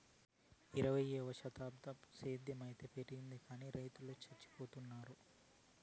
ఈ ఇరవైవ శతకంల సేద్ధం అయితే పెరిగింది గానీ రైతులు చచ్చిపోతున్నారు